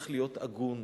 צריך להיות הגון.